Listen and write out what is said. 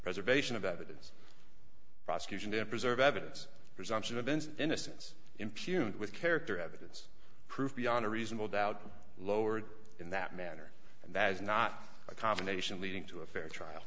preservation of evidence prosecution to preserve evidence presumption of innocence innocence impugned with character evidence proof beyond a reasonable doubt lowered in that manner and that is not a combination leading to a fair trial